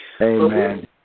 Amen